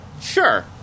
sure